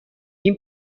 این